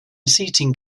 seating